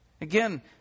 Again